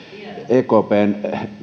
ekpn